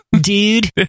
Dude